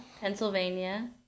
Pennsylvania